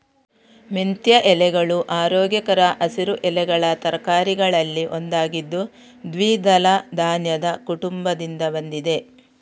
ಮೆಂತ್ಯ ಎಲೆಗಳು ಆರೋಗ್ಯಕರ ಹಸಿರು ಎಲೆಗಳ ತರಕಾರಿಗಳಲ್ಲಿ ಒಂದಾಗಿದ್ದು ದ್ವಿದಳ ಧಾನ್ಯದ ಕುಟುಂಬದಿಂದ ಬಂದಿದೆ